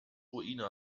ruine